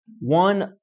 one